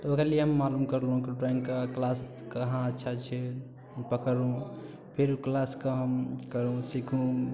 तऽ ओकरा लिये हम मालूम करलहुँ कि ड्रॉइंगके क्लास कहाँ अच्छा छै पकड़लहुँ फिर क्लासके हम करलहुँ सीखलहुँ